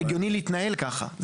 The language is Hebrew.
הגיוני להתנהל ככה.